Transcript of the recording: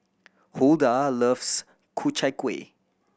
Hulda loves Ku Chai Kuih